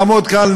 לעמוד כאן,